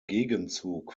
gegenzug